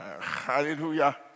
Hallelujah